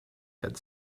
had